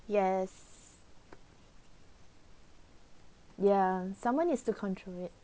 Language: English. yes yeah someone is to contribute